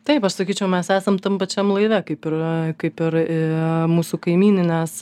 taip aš sakyčiau mes esam tam pačiam laive kaip ir kaip ir mūsų kaimyninės